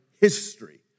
history